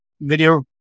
video